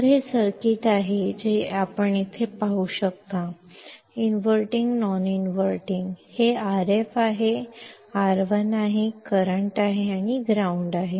तर हे सर्किट आहे जसे आपण येथे पाहू शकता इनव्हर्टिंग नॉन इनव्हर्टिंग हे Rf आहे हे R1 आहे हे करंट आहे ग्राउंड आहे